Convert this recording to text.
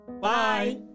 Bye